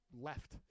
left